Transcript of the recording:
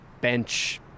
bench